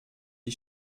die